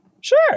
Sure